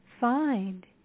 find